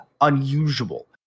unusual